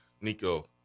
Nico